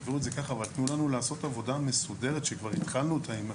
תנו לנו לעשות עבודה מסודרת שכבר התחלנו אותה עם האיגודים.